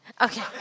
Okay